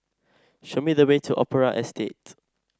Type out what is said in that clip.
show me the way to Opera Estate